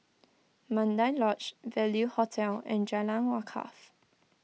Mandai Lodge Value Hotel and Jalan Wakaff